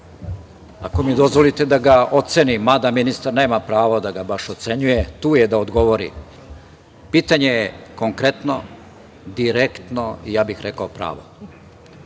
Ako mi dozvolite da ga ocenim, mada ministar nema prava da ga baš ocenjuje, tu je da odgovori. Pitanje je konkretno, direktno i ja bih rekao pravo.